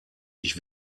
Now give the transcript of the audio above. ich